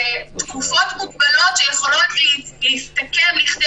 אלו תקופות מוגבלות שיכולות להסתכם לכדי